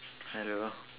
hello